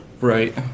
Right